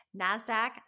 NASDAQ